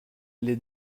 les